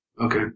Okay